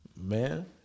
Man